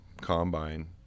combine